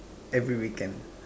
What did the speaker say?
every weekend